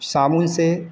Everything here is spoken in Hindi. साबुन से